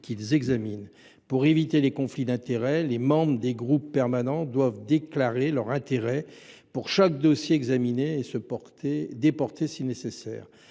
qu’ils examinent. Afin d’éviter les conflits d’intérêts, les membres des groupes permanents doivent déclarer leurs intérêts pour chaque dossier examiné et se déporter si nécessaire.